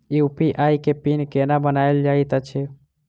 UPI केँ PIN केना बनायल जाइत अछि